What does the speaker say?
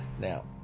Now